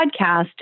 podcast